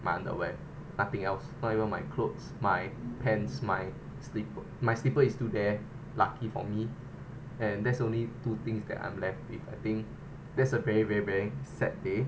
my underwear nothing else not even my clothes my pants my slipper my slipper is still there lucky for me and that's only two things that I'm left with I think that's a very very sad day